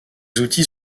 outils